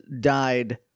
died